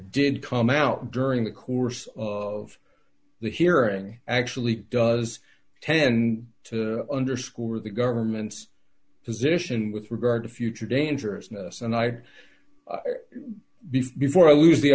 come out during the course of the hearing actually does tend to underscore the government's position with regard to future dangerousness and i had before i lose the